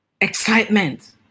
excitement